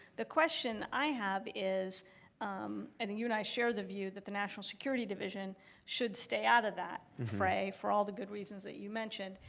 the question i have is um and you and i share the view that the national security division should stay out of that fray for all the good reasons that you mentioned,